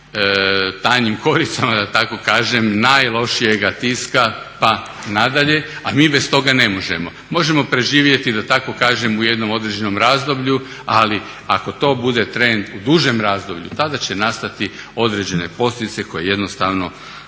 najtanjim koricama da tako kažem, najlošijega tiska, pa nadalje a mi bez toga ne možemo. Možemo preživjeti da tako kažem u jednom određenom razdoblju, ali ako to bude trend u dužem razdoblju tada će nastati određene posljedice koje jednostavno